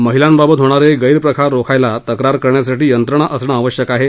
महिलांबाबत होणारं गैरप्रकार रोखायला तसेच तक्रार करण्यासाठी यंत्रणा असणं आवश्यक आहे